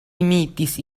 imitis